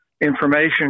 information